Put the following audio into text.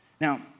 Now